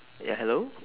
ya hello